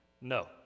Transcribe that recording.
No